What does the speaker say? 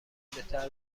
گندهتر